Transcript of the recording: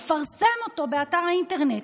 מפרסם אותו באתר האינטרנט,